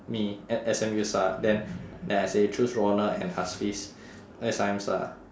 me as S_M_U star then then I say choose ronald and hafiz S_I_M star